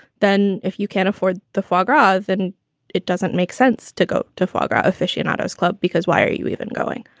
then if you can't afford the photograph, ah then it doesn't make sense to go to fogger aficionados club because why are you even going?